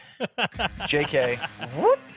JK